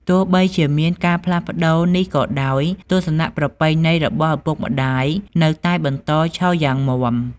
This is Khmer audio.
ទោះបីជាមានការផ្លាស់ប្តូរនេះក៏ដោយ ទស្សនៈប្រពៃណីរបស់ឪពុកម្ដាយនៅតែបន្តឈរយ៉ាងមាំ។